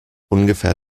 ungefähr